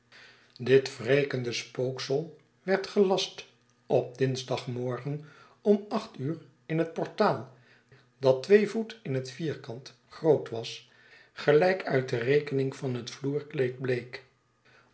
dit wrekende spooksel werd gelast op dirisdagmorgen om acht uur in het portaal dat twee voet in het vierkant groot was gelijk uit de rekening van het vloerkleed